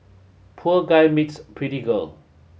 poor guy meets pretty girl